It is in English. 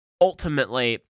ultimately